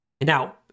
Now